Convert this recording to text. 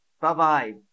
Bye-bye